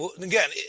Again